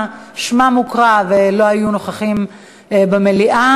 שמם הוקרא והם לא היו נוכחים במליאה,